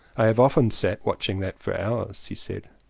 i have often sat watching that for hours, he said.